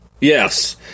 Yes